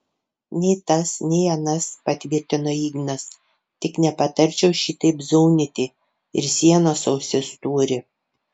nei tas nei anas patvirtino ignas tik nepatarčiau šitaip zaunyti ir sienos ausis turi